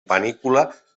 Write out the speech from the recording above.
panícula